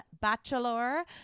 Bachelor